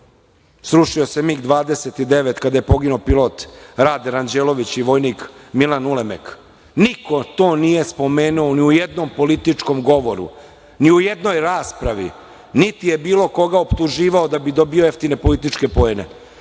srušio se MIG 29, kada je poginuo pilot Rade Ranđelović i vojnik Milan Ulemek. Niko to nije spomenuo ni u jednom političkom govoru, ni u jednoj raspravi, niti je bilo koga optuživao da bi dobijao jeftine političke poene.